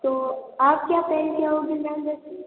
तो आप क्या पहन के आओगे मेेम वैसे